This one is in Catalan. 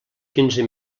quinze